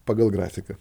pagal grafiką